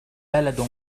بلد